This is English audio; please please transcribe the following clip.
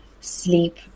sleep